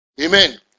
Amen